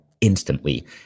instantly